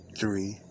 three